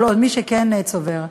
של מי שכן צובר?